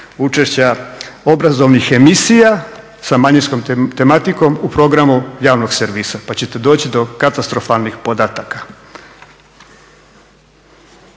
učešća obrazovnih emisija sa manjinskom tematikom u programu javnog servisa. Pa ćete doći do katastrofalnih podataka.